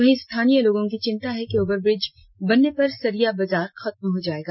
वहीं स्थानीय लोगों की चिंता है कि ओवरब्रिज बनने पर सरिया बाजार खत्म हो जायेगा